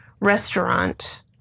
restaurant